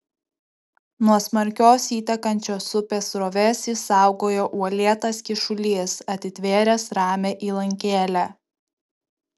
nuo smarkios įtekančios upės srovės jį saugojo uolėtas kyšulys atitvėręs ramią įlankėlę